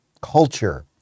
culture